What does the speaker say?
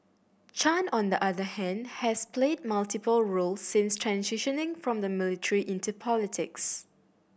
Chan on the other hand has played multiple roles since transitioning from the military into politics